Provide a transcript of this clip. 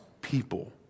people